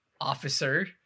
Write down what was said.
Officer